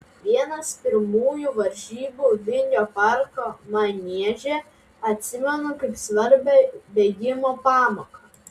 vienas pirmųjų varžybų vingio parko manieže atsimenu kaip svarbią bėgimo pamoką